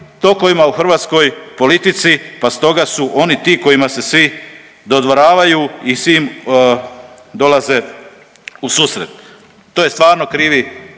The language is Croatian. tokovima u hrvatskoj politici pa stoga su oni ti kojima se svi dodvoravaju i svi im dolaze u susret. To je stvarno krivi